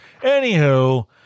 Anywho